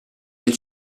del